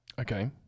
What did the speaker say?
Okay